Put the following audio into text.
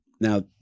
Now